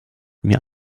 mir